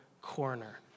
corner